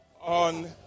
on